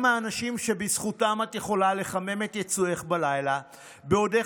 הם האנשים שבזכותם את יכולה לחמם את יצועך בלילה בעודך